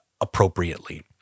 appropriately